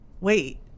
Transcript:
wait